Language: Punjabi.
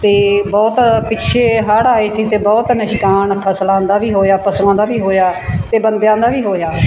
ਅਤੇ ਬਹੁਤ ਪਿੱਛੇ ਹੜ੍ਹ ਆਏ ਸੀ ਅਤੇ ਬਹੁਤ ਨਿਸ਼ਕਾਣ ਫਸਲਾਂ ਦਾ ਵੀ ਹੋਇਆ ਪਸ਼ੂਆਂ ਦਾ ਵੀ ਹੋਇਆ ਅਤੇ ਬੰਦਿਆਂ ਦਾ ਵੀ ਹੋਇਆ